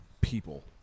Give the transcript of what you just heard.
people